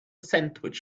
sandwich